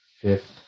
fifth